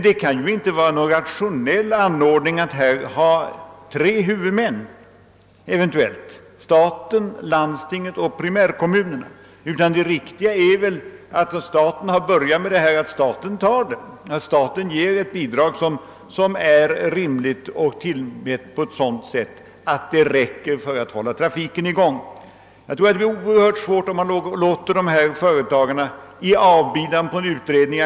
Det kan dock inte vara en rationell anordning att här eventuellt ha tre huvudmän: staten, landstinget och Pprimärkommunerna. Det lämpligaste vore väl att staten, eftersom den börjat med saken, ger ett bidrag som är rimligt och tillmätt på ett sådant sätt att det räcker för att hålla trafiken i gång. Jag tror att det vore oriktigt om vi läte dessa företag dö bort i avbidan på en utredning.